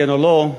כן או לא,